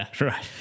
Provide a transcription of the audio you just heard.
Right